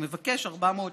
הוא מבקש 400 שקל.